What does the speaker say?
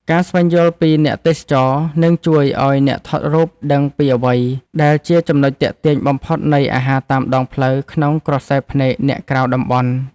ការស្វែងយល់ពី អ្នកទេសចរ នឹងជួយឱ្យអ្នកថតរូបដឹងពីអ្វីដែលជាចំណុចទាក់ទាញបំផុតនៃអាហារតាមដងផ្លូវក្នុងក្រសែភ្នែកអ្នកក្រៅតំបន់។